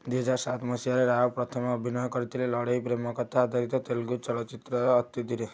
ଦୁଇ ହଜାର ସାତ ମସିହାରେ ରାଓ ପ୍ରଥମ ଅଭିନୟ କରିଥିଲେ ଲଢ଼େଇ ପ୍ରେମକଥା ଆଧାରିତ ତେଲୁଗୁ ଚଳଚ୍ଚିତ୍ର ଅଥିଧିରେ